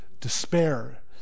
Despair